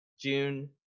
June